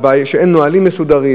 הבעיה היא שאין נהלים מסודרים,